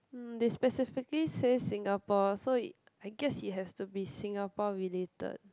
um they specifically say Singapore so it I guess it has to be Singapore related